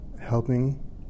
helping